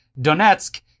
Donetsk